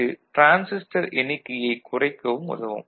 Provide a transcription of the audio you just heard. இது டிரான்சிஸ்டர் எண்ணிக்கையைக் குறைக்கவும் உதவும்